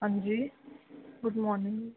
ਹਾਂਜੀ good morning